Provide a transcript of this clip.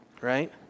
right